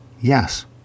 Yes